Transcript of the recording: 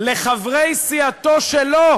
לחברי סיעתו שלו